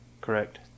correct